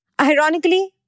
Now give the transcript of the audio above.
Ironically